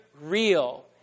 real